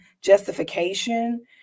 justification